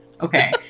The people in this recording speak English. Okay